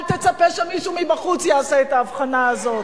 אל תצפה שמישהו מבחוץ יעשה את ההבחנה הזאת,